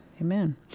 amen